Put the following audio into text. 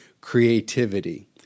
creativity